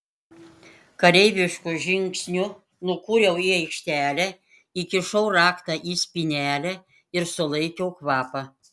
kareivišku žingsniu nukūriau į aikštelę įkišau raktą į spynelę ir sulaikiau kvapą